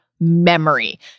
memory